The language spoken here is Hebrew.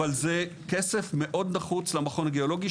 אבל זה כסף נחוץ מאוד למכון הגיאולוגי,